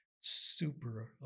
super